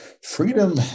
Freedom